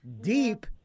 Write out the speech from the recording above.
deep